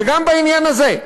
וגם בעניין הזה,